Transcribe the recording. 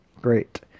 Great